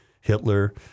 Hitler